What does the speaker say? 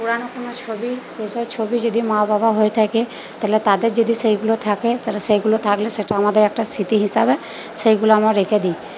পুরানো কোনো ছবি সেই সব ছবি যদি মা বাবা হয়ে থাকে তাহলে তাদের যদি সেইগুলো থাকে তাহলে সেইগুলো থাকলে সেটা আমাদের একটা স্মৃতি হিসেবে সেগুলো আমরা রেখে দিই